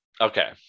Okay